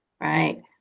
Right